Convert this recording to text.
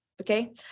okay